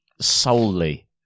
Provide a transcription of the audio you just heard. solely